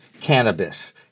cannabis